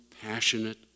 passionate